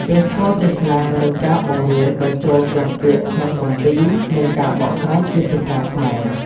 ព្រះធម៌ទេសនា និងការបង្រៀនបញ្ចូលទាំងពាក្យក្នុងគម្ពីរ និងការបកស្រាយជាភាសាខ្មែរ។